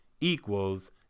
equals